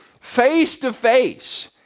face-to-face